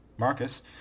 Marcus